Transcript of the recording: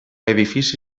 edifici